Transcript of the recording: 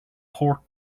port